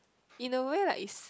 in a way like is